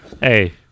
Hey